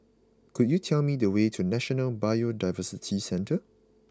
could you tell me the way to National Biodiversity Centre